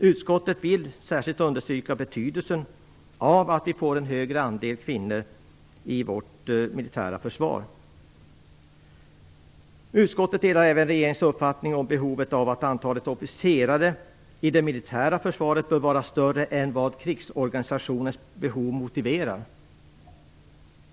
Utskottet vill särskilt understryka betydelsen av att andelen kvinnor ökar i vårt militära försvar. Utskottet delar även regeringens uppfattning om behovet av att antalet officerare i det militära försvaret bör var större än vad krigsorganisationens behov motiverar.